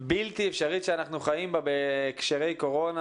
בלתי אפשרית שאנחנו חיים בה בהקשרי קורונה.